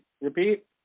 Repeat